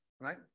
right